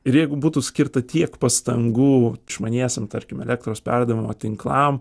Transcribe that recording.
ir jeigu būtų skirta tiek pastangų išmaniesiem tarkim elektros perdavimo tinklam